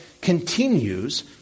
continues